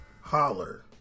Holler